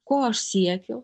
ko aš siekiu